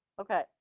Okay